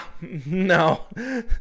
no